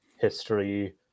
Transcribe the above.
history